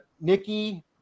Nikki